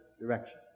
direction